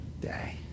day